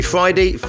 Friday